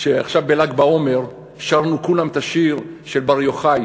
שעכשיו בל"ג בעומר שרנו כולנו את השיר של בר יוחאי.